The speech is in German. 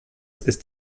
ist